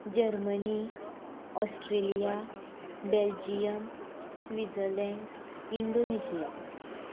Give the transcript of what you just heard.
Germany Australia Belgium Switzerland Indonesia